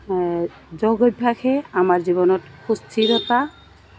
যোগ অভ্যাসে আমাৰ জীৱনত সুস্থিৰতা